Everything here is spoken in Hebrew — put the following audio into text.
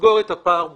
נסגור את הפער בצריכה,